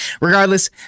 regardless